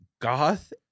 goth